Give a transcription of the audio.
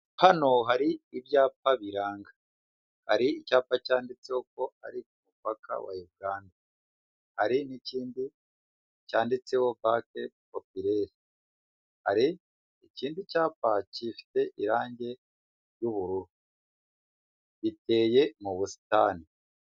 Hano hari ibyapa biranga, hari icyapa cyanditseho ko ari umupaka wa Uganda, hari n'ikindi cyanditseho Bank Populaire, hari ikindi cyapa gifite irange ry'ubururu giteye mu busitani.